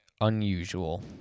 unusual